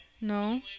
No